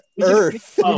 earth